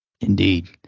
Indeed